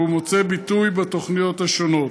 והוא מוצא ביטוי בתוכניות השונות.